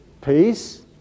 peace